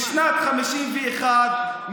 בשנת 1951,